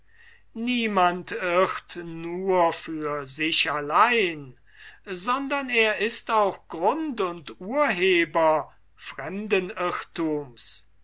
niemand irrt nur für sich allein sondern er ist auch grund und urheber fremden irrthums